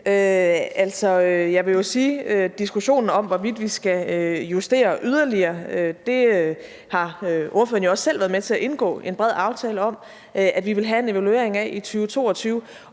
Jeg vil til diskussionen om, hvorvidt vi skal justere yderligere, sige, at det har ordføreren jo også selv været med til at indgå en bred aftale om at vi vil have en evaluering af i 2022,